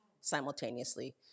simultaneously